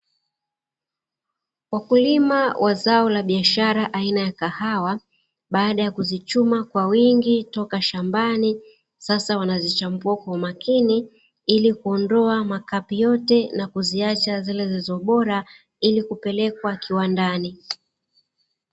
Wakulima wa zao la biashara aina ya kahawa, baada ya kuzichuma kwa wingi toka shambani, sasa wanazichambua kwa umakini ili kuondoa makapi yote na kuziacha zile zilizo bora, ili kupelekwa kiwandani.